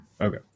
okay